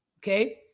okay